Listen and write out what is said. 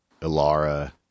Ilara